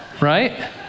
Right